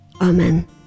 Amen